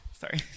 Sorry